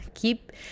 Keep